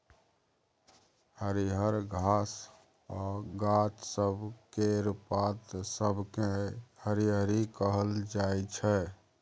हरियर घास आ गाछ सब केर पात सबकेँ हरियरी कहल जाइ छै